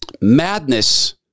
madness